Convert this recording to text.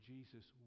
Jesus